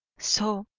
so!